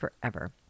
forever